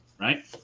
right